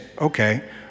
Okay